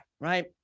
right